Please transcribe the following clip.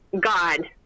God